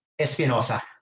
Espinosa